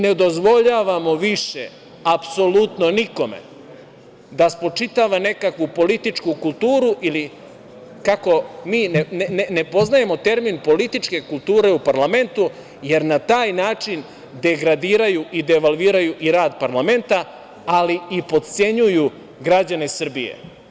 Ne dozvoljavamo više, apsolutno nikome, da spočitava nekakvu političku kulturu ili kako mi ne poznajemo termin političke kulture u parlamentu, jer na taj način degradiraju i devalviraju i rad parlamenta, ali i potcenjuju građane Srbije.